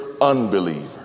unbeliever